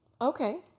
Okay